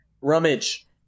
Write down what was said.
Rummage